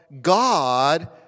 God